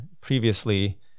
previously